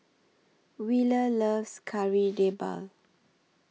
Wheeler loves Kari Debal